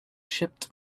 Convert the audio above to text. shipped